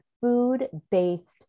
food-based